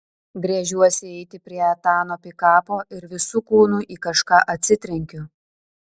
gręžiuosi eiti prie etano pikapo ir visu kūnu į kažką atsitrenkiu